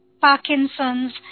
Parkinson's